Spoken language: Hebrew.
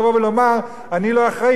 עורך לא יכול לבוא ולומר: אני לא אחראי,